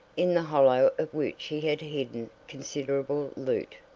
in the hollow of which he had hidden considerable loot,